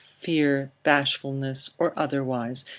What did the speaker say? fear, bashfulness, or otherwise,